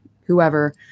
whoever